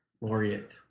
laureate